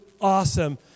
awesome